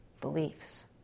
beliefs